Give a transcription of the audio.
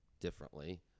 differently